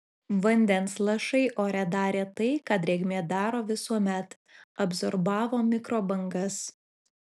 vandens lašai ore darė tai ką drėgmė daro visuomet absorbavo mikrobangas